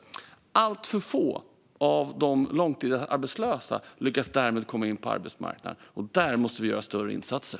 Däremot lyckas alltför få av de långtidsarbetslösa komma in på arbetsmarknaden, och där måste vi göra större insatser.